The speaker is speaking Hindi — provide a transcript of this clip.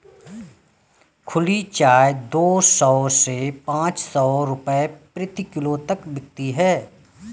खुली चाय दो सौ से पांच सौ रूपये प्रति किलो तक बिकती है